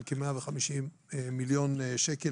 של כ-150 מיליון שקל.